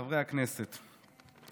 חברי הכנסת,